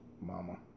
mama